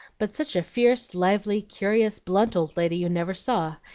but such a fierce, lively, curious, blunt old lady you never saw,